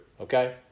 Okay